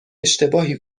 اشتباهی